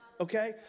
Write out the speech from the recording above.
okay